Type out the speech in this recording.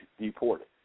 deported